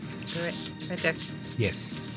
yes